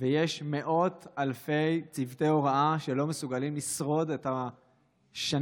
ויש מאות אלפי צוותי ההוראה שלא מסוגלים לשרוד את השנים